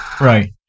Right